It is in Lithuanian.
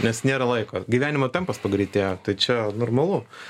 nes nėra laiko gyvenimo tempas pagreitėjo tai čia normalu